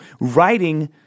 writing